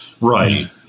Right